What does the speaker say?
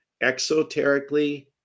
exoterically